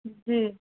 جی